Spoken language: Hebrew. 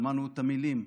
שמענו את המילים,